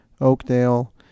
oakdale